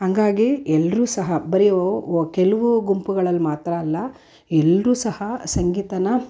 ಹಾಗಾಗಿ ಎಲ್ಲರೂ ಸಹ ಬರೀ ವ ಕೆಲವು ಗುಂಪುಗಳಲ್ಲಿ ಮಾತ್ರ ಅಲ್ಲ ಎಲ್ಲರೂ ಸಹ ಸಂಗೀತವನ್ನ